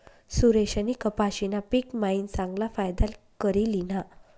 सुरेशनी कपाशीना पिक मायीन चांगला फायदा करी ल्हिना